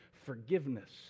forgiveness